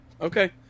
Okay